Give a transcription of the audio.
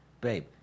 Babe